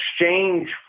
exchange